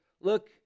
look